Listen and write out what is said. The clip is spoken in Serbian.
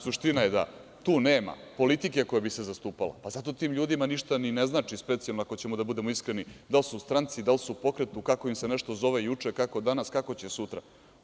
Suština je da tu nema politike koja bi se zastupala pa zato tim ljudima ništa specijalno ne znači, ako hoćemo da budemo iskreni, da li su u stranci, da li su u nekom pokretu, kako im se nešto zove juče, kako danas, kako će sutra.